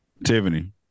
Tiffany